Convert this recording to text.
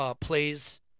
plays